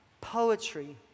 poetry